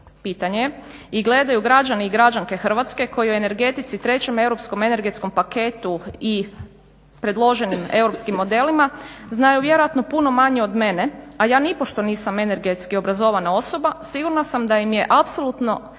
pitanje je, i gledaju građani i građanke Hrvatske koji u energetici 3. Europskom energetskom paketu i predložen europskim modelima znaju vjerojatno puno manje od mene, a ja nipošto nisam energetski obrazovana osoba, sigurna sam da im je apsolutno